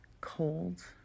cold